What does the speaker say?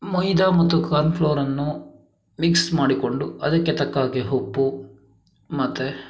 ಮೈದಾ ಮತ್ತು ಕಾರ್ನ್ ಫ್ಲೋರನ್ನು ಮಿಕ್ಸ್ ಮಾಡಿಕೊಂಡು ಅದಕ್ಕೆ ತಕ್ಕ ಹಾಗೆ ಉಪ್ಪು ಮತ್ತು